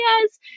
yes